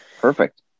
Perfect